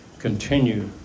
Continue